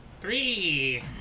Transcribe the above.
Three